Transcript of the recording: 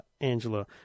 Angela